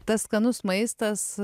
tas skanus maistas